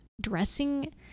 dressing